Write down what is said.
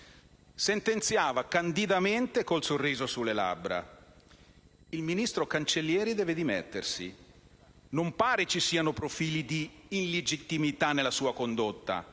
sentenziava candidamente, con il sorriso sulle labbra che il ministro Cancellieri doveva dimettersi, aggiungendo: «Non pare ci siano profili di illegittimità nella sua condotta,